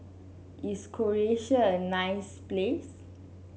is Croatia a nice place